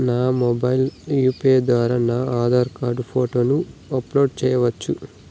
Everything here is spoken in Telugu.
నా మొబైల్ యాప్ ద్వారా నా ఆధార్ కార్డు ఫోటోను అప్లోడ్ సేయొచ్చా?